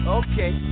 okay